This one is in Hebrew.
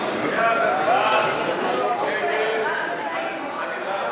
מסדר-היום את הצעת חוק הקמת מקלטים לנשים מוכות,